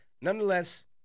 nonetheless